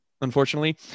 unfortunately